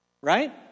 Right